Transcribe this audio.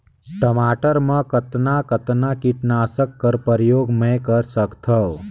टमाटर म कतना कतना कीटनाशक कर प्रयोग मै कर सकथव?